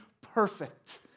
perfect